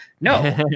no